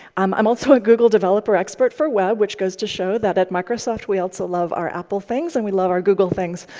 um i'm also a google developer expert for web, which goes to show that at microsoft, we also love our apple things, and we love our google things.